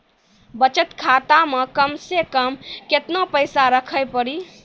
बचत खाता मे कम से कम केतना पैसा रखे पड़ी?